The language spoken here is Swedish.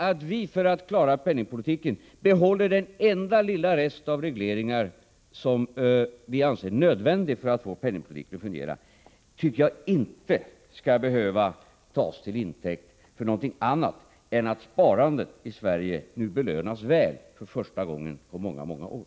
Att vi för att klara penningpolitiken behåller den enda lilla rest av regleringar som vi anser nödvändig för att få penningpolitiken att fungera tycker jag inte skall behöva tas till intäkt för någonting annat än att sparandet i Sverige nu belönas väl för första gången på många år.